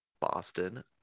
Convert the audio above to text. Boston